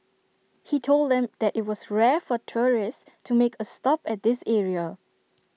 he told them that IT was rare for tourists to make A stop at this area